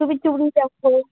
তুমি চুড়ি দেখো